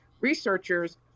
researchers